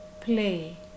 play